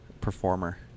performer